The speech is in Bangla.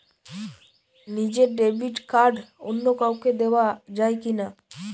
নিজের ডেবিট কার্ড অন্য কাউকে দেওয়া যায় কি না?